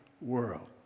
world